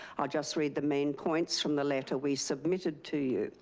i'll just read the main points from the letter we submitted to you.